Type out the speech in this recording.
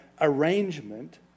arrangement